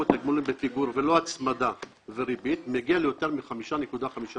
התגמולים בפיגור ללא הצמדה וריבית מגיע ליותר מ-5.5%.